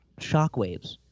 shockwaves